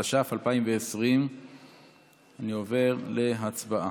התש"ף 2020. אני עובר להצבעה.